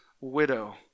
widow